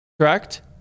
correct